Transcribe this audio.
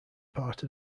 part